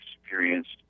experienced